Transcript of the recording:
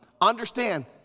understand